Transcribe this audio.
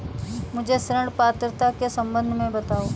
मुझे ऋण पात्रता के सम्बन्ध में बताओ?